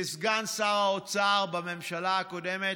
כסגן שר האוצר בממשלה הקודמת,